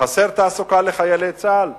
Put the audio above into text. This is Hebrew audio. חסר תעסוקה לחיילי צה"ל?